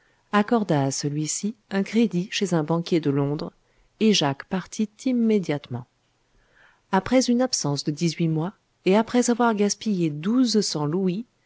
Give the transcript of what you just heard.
accorda à celui-ci un crédit chez un banquier de londres et jacques partit immédiatement après une absence de dix-huit mois et après avoir gaspillé douze